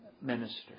minister